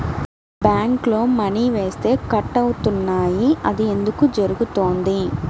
బ్యాంక్లో మని వేస్తే కట్ అవుతున్నాయి అది ఎందుకు జరుగుతోంది?